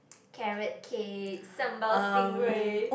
carrot cake sambal stingray